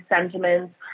sentiments